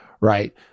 right